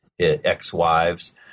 ex-wives